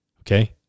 okay